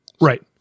Right